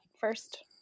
first